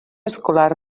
escolar